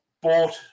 bought